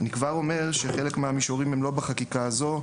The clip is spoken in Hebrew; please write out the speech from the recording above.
אני כבר אומר שחלק מהמישורים הם לא בחקיקה הזו.